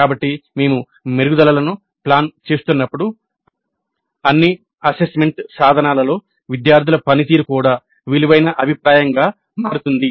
కాబట్టి మేము మెరుగుదలలను ప్లాన్ చేస్తున్నప్పుడు అన్ని అసెస్మెంట్ సాధనాలలో విద్యార్థుల పనితీరు కూడా విలువైన అభిప్రాయంగా మారుతుంది